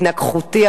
התנגחותי,